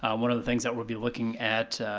um one of the things that we'll be looking at,